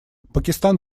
пакистан